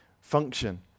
function